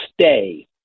stay